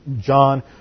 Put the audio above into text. John